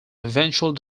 eventually